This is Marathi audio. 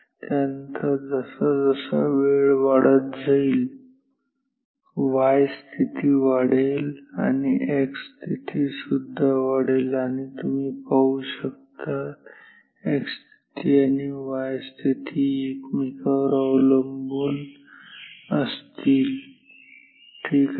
आणि त्यानंतर जसा वेळ वाढत जाईल y स्थिती वाढेल आणि एक स्थिती सुद्धा वाढेल आणि तुम्ही पाहू शकता x स्थिती आणि y स्थिती एकमेकांवर अवलंबून असतील ठीक आहे